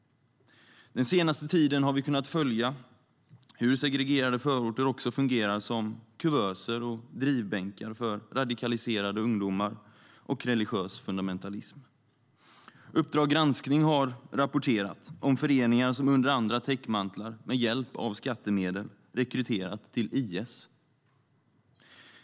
Den senaste tiden har vi kunnat följa hur segregerade förorter fungerar som kuvöser och drivbänkar för radikalisering av ungdomar och religiös fundamentalism. Uppdrag granskning har rapporterat om föreningar som under andra täckmantlar och med hjälp av skattemedel rekryterat till IS.